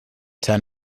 turn